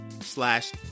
slash